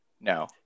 No